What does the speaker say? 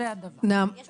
לא